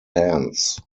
hands